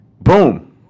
boom